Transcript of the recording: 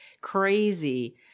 crazy